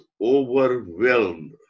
overwhelmed